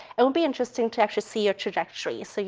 it'll be interesting to actually see your trajectories. so